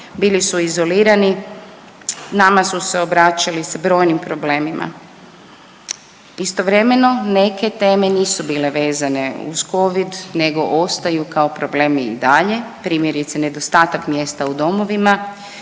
Bili su izolirani. Nama su se obraćali sa brojnim problemima. Istovremeno neke teme nisu bile vezane uz covid nego ostaju kao problemi i dalje primjerice nedostatak mjesta u domovima